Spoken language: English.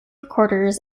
recorders